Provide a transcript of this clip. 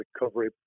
recovery